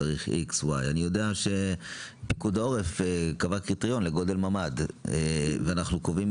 אני יודע שפיקוד העורף קבע קריטריון לגודל ממ"ד ואנחנו קובעים